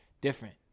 Different